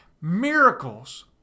Miracles